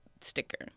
sticker